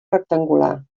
rectangular